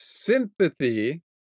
Sympathy